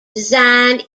designed